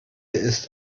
ist